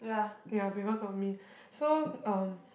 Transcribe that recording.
ya because of me so um